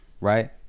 right